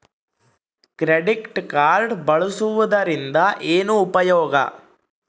Credit card ಬಳಸುವದರಿಂದ ಏನು ಉಪಯೋಗ?